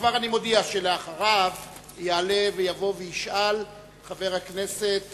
וכבר אני מודיע שאחריו יעלה ויבוא וישאל חבר הכנסת